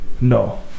no